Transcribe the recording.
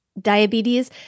diabetes